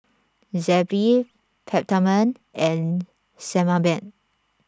Zappy Peptamen and Sebamed